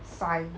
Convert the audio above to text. fine